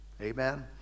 Amen